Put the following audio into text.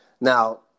Now